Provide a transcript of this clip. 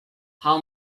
how